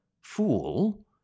fool